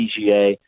PGA